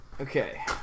Okay